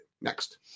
Next